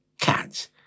cats